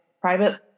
private